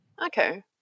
Okay